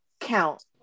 count